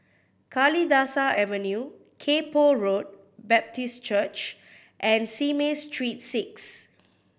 Kalidasa Avenue Kay Poh Road Baptist Church and Simei Street Six